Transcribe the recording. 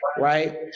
right